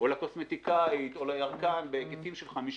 לקוסמטיקאית או לירקן בהיקפים של 50,